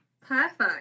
Perfect